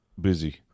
Busy